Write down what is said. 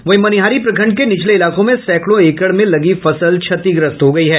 वहीं मनिहारी प्रखंड के निचले इलाकों में सैंकड़ों एकड़ में लगी फसल क्षतिग्रस्त हो गयी है